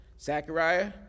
Zechariah